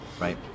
right